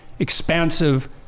expansive